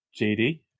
JD